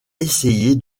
essayer